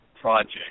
project